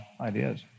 ideas